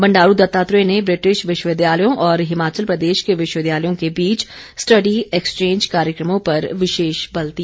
बंडारू दत्तात्रेय ने ब्रिटिश विश्वविद्यालयों और हिमाचल प्रदेश के विश्वविद्यालयों के बीच स्टड़ी एक्सचेंज कार्यक्रमों पर विशेष बल दिया